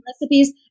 recipes